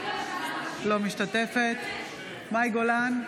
אינה משתתפת בהצבעה מאי גולן,